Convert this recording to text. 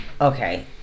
Okay